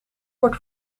wordt